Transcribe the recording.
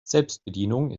selbstbedienung